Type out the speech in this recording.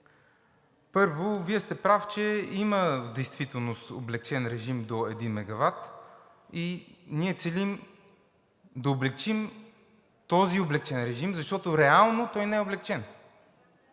Първо, Вие сте прав, че има в действителност облекчен режим до един мегават и ние целим да облекчим този облекчен режим, защото реално той не е облекчен.